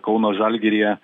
kauno žalgiryje